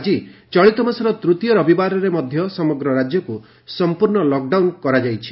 ଆଜି ଚଳିତମାସର ତୂତୀୟ ରବିବାରରେ ମଧ୍ୟ ସମଗ୍ର ରାଜ୍ୟକୁ ସମ୍ପୂର୍ଣ୍ଣ ଲକ୍ଡାଉନ କରାଯାଇଛି